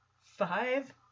five